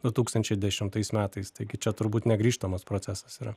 du tūkstančiai dešimtais metais taigi čia turbūt negrįžtamas procesas yra